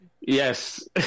Yes